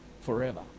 forever